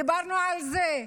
דיברנו על זה,